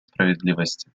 справедливости